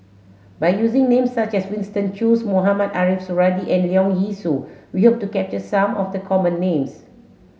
by using names such as Winston Choos Mohamed Ariff Suradi and Leong Yee Soo we hope to capture some of the common names